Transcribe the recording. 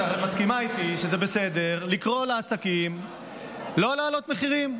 את הרי מסכימה איתי שזה בסדר לקרוא לעסקים לא להעלות מחירים.